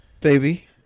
baby